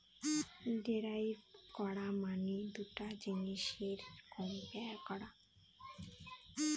derive করা মানে দুটা জিনিসের কম্পেয়ার করা